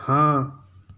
ہاں